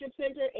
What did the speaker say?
Center